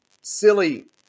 silly